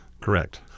Correct